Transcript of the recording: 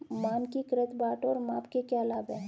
मानकीकृत बाट और माप के क्या लाभ हैं?